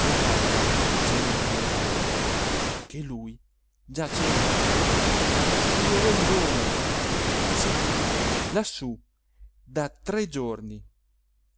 e a farle cenno con le mani che lui già c'era il suo rondone sì lassù da tre giorni